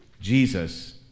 Jesus